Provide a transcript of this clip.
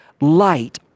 light